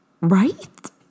Right